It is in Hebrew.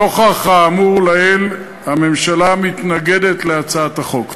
נוכח האמור לעיל, הממשלה מתנגדת להצעת החוק.